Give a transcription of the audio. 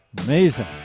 Amazing